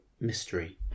mystery